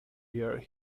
years